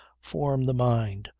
form the mind,